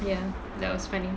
ya that was funny